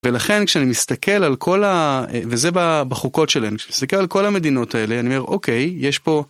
ולכן כשאני מסתכל על כל ה... וזה בחוקות שלהם, כשאני מסתכל על כל המדינות האלה, אני אומר, אוקיי, יש פה...